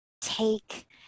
take